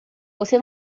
você